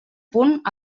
punt